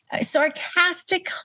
Sarcastic